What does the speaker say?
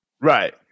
Right